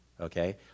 okay